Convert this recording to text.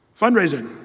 fundraising